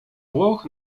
włoch